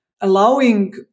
allowing